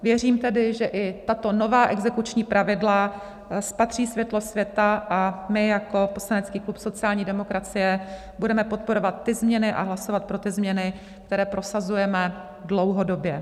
Věřím tedy, že i tato nová exekuční pravidla spatří světlo světa, a my jako poslanecký klub sociální demokracie budeme podporovat ty změny a hlasovat pro ty změny, které prosazujeme dlouhodobě.